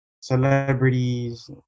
celebrities